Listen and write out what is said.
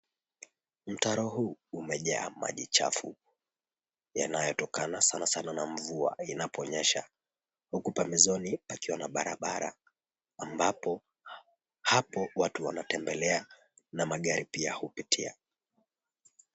Mtaro huu umejaa maji chafu yanayotokana na sana sana na mvua inaponyesha huku pembezoni kukiwa na barabara ambapo hapo watu wanatembelea na magari hupitia.